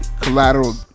collateral